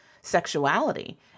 sexuality